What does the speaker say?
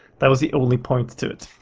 that was the only point to it.